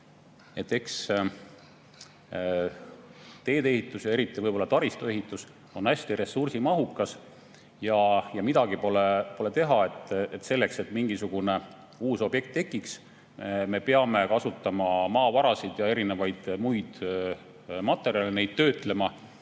Eks taristuehitus, sealhulgas teedeehitus, ongi hästi ressursimahukas. Ja midagi pole teha, selleks et mingisugune uus objekt tekiks, me peame kasutama maavarasid ja erinevaid muid materjale, neid töötlema